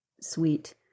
sweet